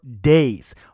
days